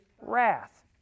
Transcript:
wrath